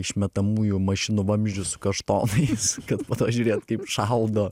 išmetamųjų mašinų vamzdžius kaštonais kad po to žiūrėt kaip šaldo